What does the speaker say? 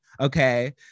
okay